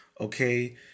okay